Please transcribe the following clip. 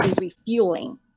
refueling